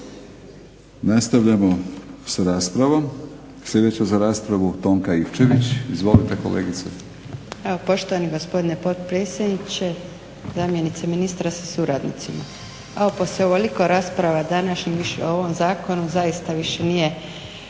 Nastavljamo sa raspravom. Sljedeća za raspravu Tonka Ivčević. Izvolite kolegice. **Ivčević, Tonka (SDP)** TONKA IVČEVIĆ: Poštovani gospodine potpredsjedniče, zamjenice ministra sa suradnicima. Evo poslije toliko rasprava danas više o ovom zakonu zaista više nije